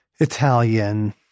Italian